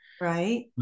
right